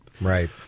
Right